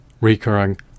recurring